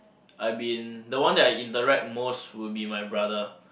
I been the one that I interact most will be my brother